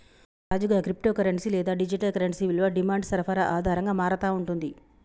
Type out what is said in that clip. రాజుగా, crypto currency లేదా digital currency విలువ డిమాండ్ సరఫరా ఆధారంగా మారతా ఉంటుంది